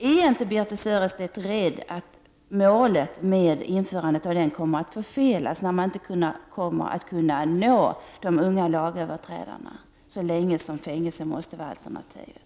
Är inte Birthe Sörestedt rädd att målet för införandet av samhällstjänst kommer att förfelas, i och med att man inte kommer att kunna nå de unga lagöverträdarna så länge fängelse måste vara alternativet.